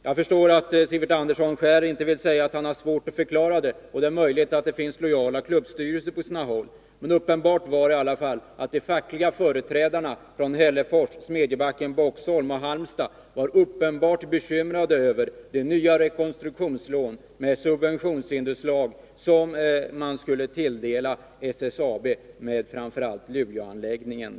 Jag förstår att Sivert Andersson inte själv vill säga att han har svårt att förklara det — och det är möjligt att det finns lojala klubbstyrelser på sina håll — men uppenbart var i alla fall att de fackliga företrädarna från Hällefors, Smedjebacken, Boxholm och Halmstad var påtagligt bekymrade över de nya rekonstruktionslån med subventionsinslag som man skulle tilldela SSAB och framför allt Luleåanläggningen.